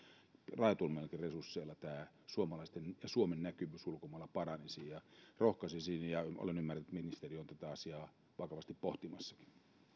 rajatummillakin resursseilla tämä suomalaisten ja suomen näkyvyys ulkomailla paranisi rohkaisisin tähän ja olen ymmärtänyt että ministeri on tätä asiaa vakavasti pohtimassakin